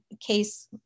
case